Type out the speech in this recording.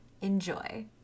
enjoy